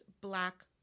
black